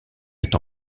est